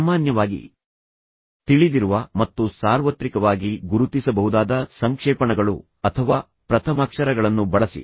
ಸಾಮಾನ್ಯವಾಗಿ ತಿಳಿದಿರುವ ಮತ್ತು ಸಾರ್ವತ್ರಿಕವಾಗಿ ಗುರುತಿಸಬಹುದಾದ ಸಂಕ್ಷೇಪಣಗಳು ಅಥವಾ ಪ್ರಥಮಾಕ್ಷರಗಳನ್ನು ಬಳಸಿ